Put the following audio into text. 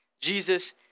Jesus